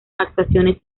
actuaciones